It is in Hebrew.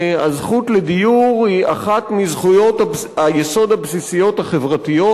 שהזכות לדיור היא אחת מזכויות היסוד הבסיסיות החברתיות,